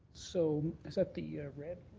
so is that the yeah red.